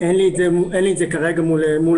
אין לי את זה כרגע מול העיניים.